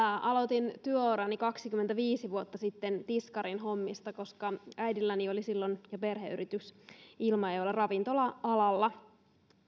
aloitin työurani kaksikymmentäviisi vuotta sitten tiskarin hommista koska äidilläni oli silloin perheyritys ilmajoella ravintola alalla